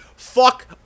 fuck